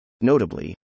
Notably